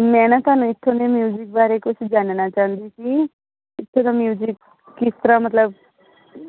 ਮੈਂ ਨਾ ਤੁਹਾਨੂੰ ਇੱਥੋਂ ਦੇ ਮਿਊਜਿਕ ਬਾਰੇ ਕੁਛ ਜਾਣਨਾ ਚਾਹੁੰਦੀ ਸੀ ਇੱਥੋਂ ਦਾ ਮਿਊਜਿਕ ਕਿਸ ਤਰ੍ਹਾਂ ਮਤਲਬ